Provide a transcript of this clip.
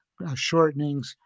shortenings